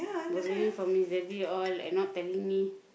already from this debt here all and not telling me